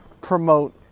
promote